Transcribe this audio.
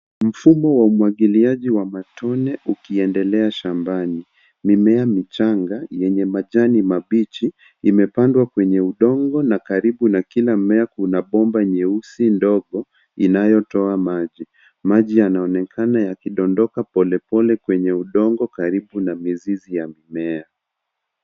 Mfumo wa umwagiliaji wa matone ukiendelea shambani. Mimea michanga yenye majani mabichi imepandwa kwenye udongo na karibu na kila mmea kuna bomba nyeusi ndogo inayotoa maji. Maji yanaonekana yakidondoka polepole kwenye udongo karibu na mizizi ya mimea.